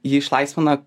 ji išlaisvina